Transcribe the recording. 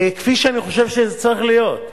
כפי שאני חושב שזה צריך להיות.